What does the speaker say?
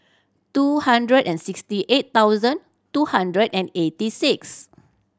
two hundred and sixty eight thousand two hundred and eighty six